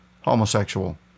Homosexual